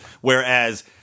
Whereas